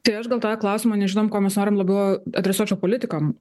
tai aš gal tą klausimą nežinom ko mes norim labiau adresuočiau politikam